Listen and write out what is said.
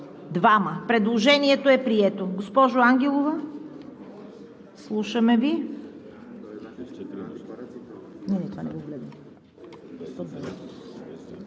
се 2. Предложението е прието. Госпожо Ангелова, слушаме Ви.